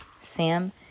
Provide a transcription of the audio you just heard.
Sam